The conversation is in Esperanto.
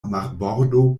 marbordo